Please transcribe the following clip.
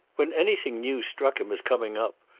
when anything new struck him as coming up,